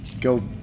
go